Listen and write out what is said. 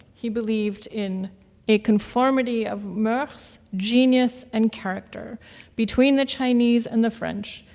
he believed in a conformity of moeurs, genius, and character between the chinese and the french,